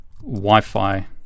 Wi-Fi